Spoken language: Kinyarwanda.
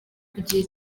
gihe